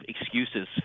excuses